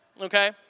Okay